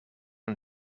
een